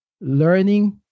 learning